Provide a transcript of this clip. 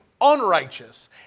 unrighteous